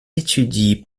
étudie